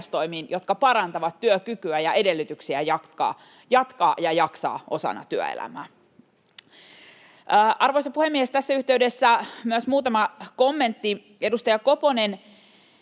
jotka parantavat työkykyä ja edellytyksiä jatkaa ja jaksaa osana työelämää. Arvoisa puhemies! Tässä yhteydessä myös muutama kommentti: Edustaja Koponen,